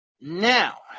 Now